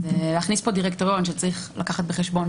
אז להכניס פה דירקטוריון שצריך לקחת בחשבון,